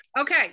okay